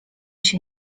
się